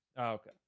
Okay